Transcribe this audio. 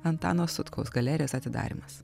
antano sutkaus galerijos atidarymas